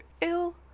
ill